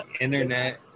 internet